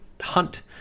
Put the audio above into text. hunt